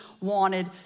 wanted